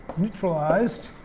neutralized